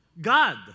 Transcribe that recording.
God